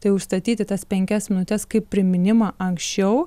tai užstatyti tas penkias minutes kaip priminimą anksčiau